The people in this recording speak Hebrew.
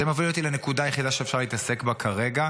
זה מוביל אותי לנקודה היחידה שאפשר להתעסק בה כרגע,